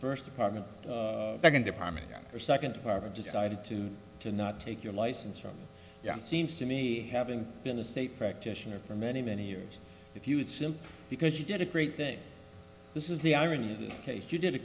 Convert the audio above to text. first apartment second department or second department decided to to not take your license from seems to me having been a state practitioner for many many years if you would simply because you did a great thing this is the irony of this case you did a